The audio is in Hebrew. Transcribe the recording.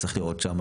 צריך לראות שמה,